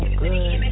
good